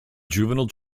juvenile